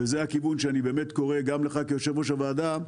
וזה הכיוון שאני באמת קורא גם לך כיושב-ראש הוועדה,